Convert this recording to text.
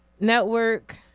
network